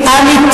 ומה אתי?